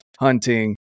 hunting